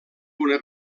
una